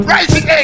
Rising